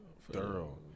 thorough